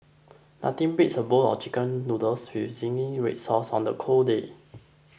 nothing beats a bowl of Chicken Noodles with Zingy Red Sauce on the cold day